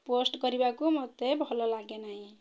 post କରିବାକୁ ମୋତେ ଭଲ ଲାଗେ ନାହିଁ